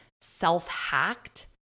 self-hacked